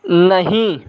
नहीं